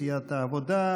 סיעת העבודה,